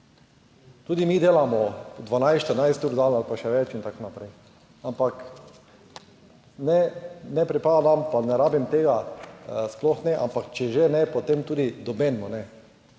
Tudi mi delamo po 12, 14 ur dan ali pa še več in tako naprej. Ampak ne, ne pripadam pa ne rabim tega, sploh ne, ampak če že ne, potem tudi nobenemu